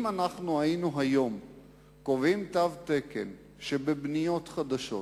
אם היינו קובעים היום תו תקן שבבניות חדשות